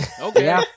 okay